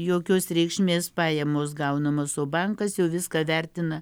jokios reikšmės pajamos gaunamos o bankas jau viską vertina